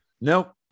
Nope